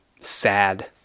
sad